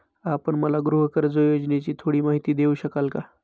आपण मला गृहकर्ज योजनेची थोडी माहिती देऊ शकाल का?